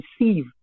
receive